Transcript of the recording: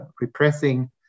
repressing